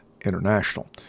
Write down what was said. International